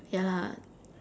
ya lah